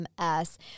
MS